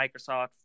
Microsoft